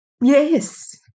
Yes